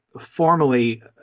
Formally